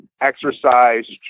exercise